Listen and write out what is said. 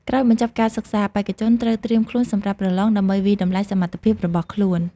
ក្រោយបញ្ចប់ការសិក្សា បេក្ខជនត្រូវត្រៀមខ្លួនសម្រាប់ប្រឡង ដើម្បីវាយតម្លៃសមត្ថភាពរបស់ខ្លួន។